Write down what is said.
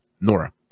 Nora